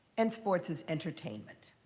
and sports as entertainment.